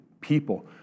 people